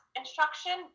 instruction